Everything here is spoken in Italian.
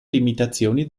limitazioni